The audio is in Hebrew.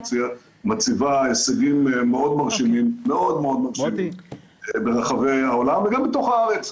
מציבה הישגים מאוד מאוד מרשימים ברחבי העולם וגם בתוך הארץ.